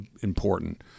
important